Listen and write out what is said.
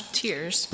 tears